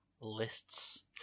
lists